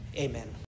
Amen